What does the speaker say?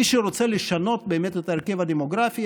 מי שבאמת רוצה לשנות את ההרכב הדמוגרפי,